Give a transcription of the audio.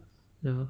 ya